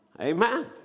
Amen